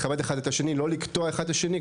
לכבד אחד את השני, לא לקטוע אחד את השני.